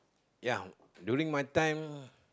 ya during my time